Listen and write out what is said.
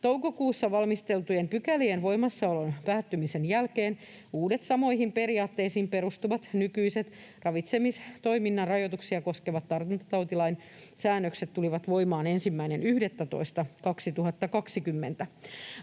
Toukokuussa valmisteltujen pykälien voimassaolon päättymisen jälkeen uudet, samoihin periaatteisiin perustuvat nykyiset ravitsemistoiminnan rajoituksia koskevat tartuntatautilain säännökset tulivat voimaan 1.11.2020.